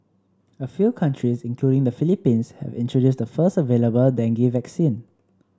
a few countries including the Philippines have introduced the first available dengue vaccine